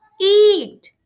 eat